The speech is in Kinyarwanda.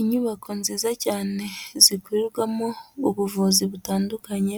Inyubako nziza cyane, zikorerwamo ubuvuzi butandukanye,